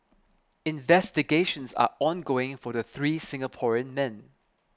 investigations are ongoing for the three Singaporean men